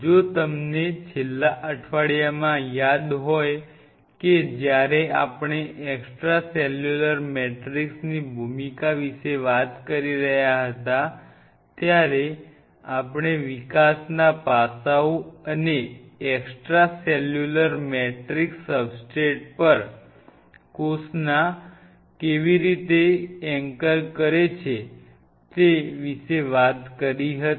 જો તમને છેલ્લા અઠવાડિયામાં યાદ કરો કે જ્યારે આપણે એક્સટ્રા સેલ્યુલર મેટ્રિક્સ ની ભૂમિકા વિશે ચર્ચા કરી રહ્યા હતા ત્યારે આપણે વિકાસના પાસાઓ અને એક્સટ્રા સેલ્યુલર મેટ્રિક્સ સબસ્ટ્રેટ પરના કોષોને કેવી રીતે એન્કર કરે છે તે વિશે વાત કરી હતી